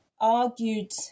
argued